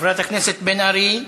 חברת הכנסת בן ארי.